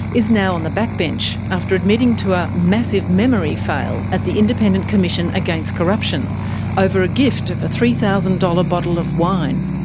is now on the backbench after admitting to a massive memory fail at the independent commission against corruption over a gift of a three thousand dollars bottle of wine.